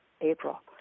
April